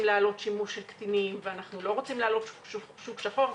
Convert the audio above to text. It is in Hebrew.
להעלות שימוש של קטינים ולא רוצים להעלות שוק שחור,